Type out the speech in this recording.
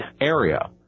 area